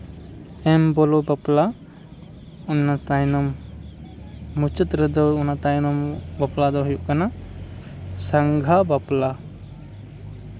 ᱮᱢ ᱵᱚᱞᱚ ᱵᱟᱯᱞᱟ ᱚᱱᱟ ᱛᱟᱭᱱᱚᱢ ᱢᱩᱪᱟᱹᱫ ᱨᱮᱫᱚ ᱚᱱᱟ ᱛᱟᱭᱱᱚᱢ ᱵᱟᱯᱞᱟ ᱫᱚ ᱦᱩᱭᱩᱜ ᱠᱟᱱᱟ ᱥᱟᱸᱜᱷᱟ ᱵᱟᱯᱞᱟ